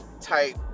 type